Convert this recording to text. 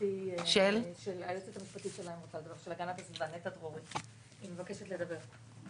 המשפטית של הגנת הסביבה, נטע דרורי, מבקשת לדבר.